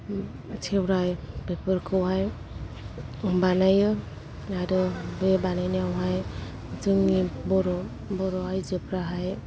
सौराय बेफोरखौहाय बानायो आरो बे बानायनायावहाय जोंनि बर' आइजो फ्राहाय